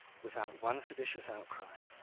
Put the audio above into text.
without one seditions outcry.